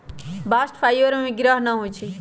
bast fibre में गिरह न होई छै